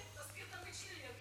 מיקי מזכיר תמיד שלילי.